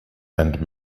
and